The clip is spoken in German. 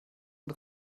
und